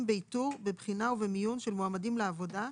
באיתור בבחינה ובמיון של מועמדים לעבודה,